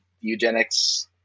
eugenics